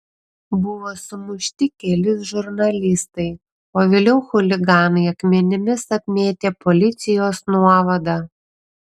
buvo sumušti keli žurnalistai o vėliau chuliganai akmenimis apmėtė policijos nuovadą